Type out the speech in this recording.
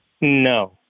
No